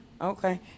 okay